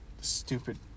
Stupid